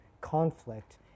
conflict